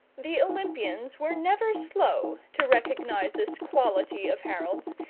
the olympians were never slow to recognize this quality of harold's,